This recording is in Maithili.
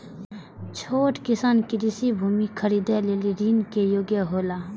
छोट किसान कृषि भूमि खरीदे लेल ऋण के योग्य हौला?